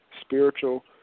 spiritual